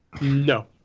No